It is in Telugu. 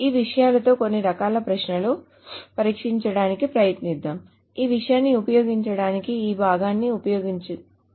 ఈ విషయాలతో కొన్ని రకాల ప్రశ్నలను పరిష్కరించడానికి ప్రయత్నిద్దాం ఈ విషయాన్ని ఉపయోగించడానికి ఈ భాగాన్ని ఉపయోగించుకుందాం